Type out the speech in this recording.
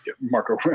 Marco